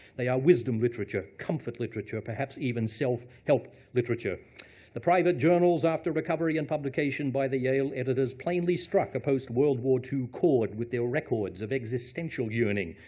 they are wisdom literature, comfort literature, perhaps even self-help literature the private journals, after recovery and publication by the yale editors, plainly struck a post-world war ii chord with their records of existential yearning.